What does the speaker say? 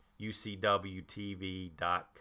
ucwtv.com